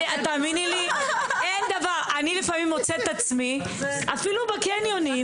אני מוצאת את עצמי אפילו בקניונים,